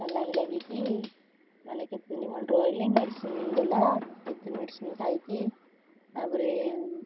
saline ଲାଗିକି ମାନେ କେତେ ଦିନି ଖଣ୍ଡେ ରହିଲି ମେଡ଼ିସିନ୍ ଦେଲା କେତେ ମେଡ଼ିସିନ୍ ଖାଇକି ତାପରେ